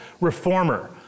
reformer